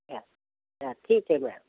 या या ठीक है मैम